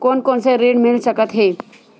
कोन कोन से ऋण मिल सकत हे?